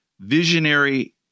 visionary